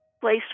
place